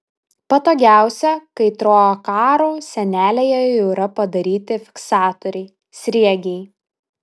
patogiausia kai troakarų sienelėje jau yra padaryti fiksatoriai sriegiai